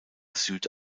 süd